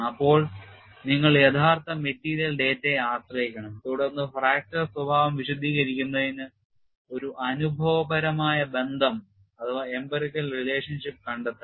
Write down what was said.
അപ്പോൾ നിങ്ങൾ യഥാർത്ഥ മെറ്റീരിയൽ ഡാറ്റയെ ആശ്രയിക്കണം തുടർന്ന് ഫ്രാക്ചർ സ്വഭാവം വിശദീകരിക്കുന്നതിന് ഒരു അനുഭവപരമായ ബന്ധം കണ്ടെത്തണം